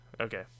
Okay